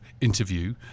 interview